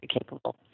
capable